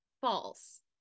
false